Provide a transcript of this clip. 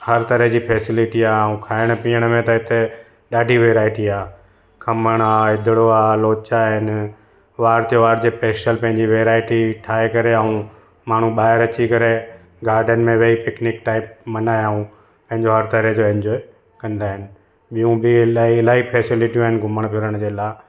हर तराहं जी फैसलीटी आहे ऐं खायण पीअण में त हिते ॾाढी वैरायटी आहे खमण आहे हिदड़ो आहे लोचा आहिनि वार त्योहार जे स्पैशल पंहिंजी वैरायटी ठाहे करे ऐं माण्हू ॿाहिरि अची करे गार्डन में वेही पिकनिक टाइप मनायऊं पंहिंजो हर तराहं जो एन्जॉय कंदा आहिनि ॿियूं बि इलाही इलाही फैसलीटियूं आहिनि घुमण फिरण जे लाइ